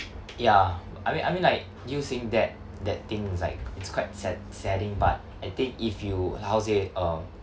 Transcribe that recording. ya I mean I mean like you saying that that thing is like it's quite sad sadding but I think if you how to say uh